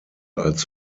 als